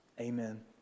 Amen